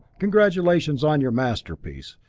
congratulations on your masterpiece.